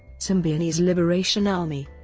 symbionese liberation army